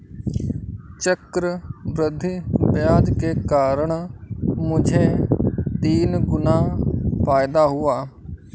चक्रवृद्धि ब्याज के कारण मुझे तीन गुना फायदा हुआ